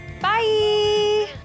bye